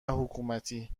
حکومتی